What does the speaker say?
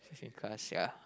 same class sia